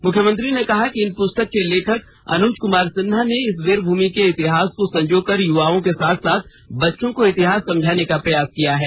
मुख्यमंत्री ने कहा कि इन पुस्तक के लेखक अनुज कुमार सिन्हा ने इस वीर भूमि के इतिहास को संजो कर युवाओं के साथ साथ बच्चों को इतिहास समझाने का प्रयास किया है